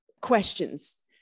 questions